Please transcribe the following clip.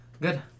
good